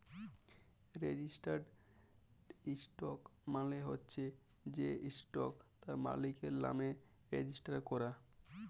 registered ইসটক মালে হচ্যে যে ইসটকট তার মালিকের লামে রেজিস্টার ক্যরা